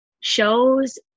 shows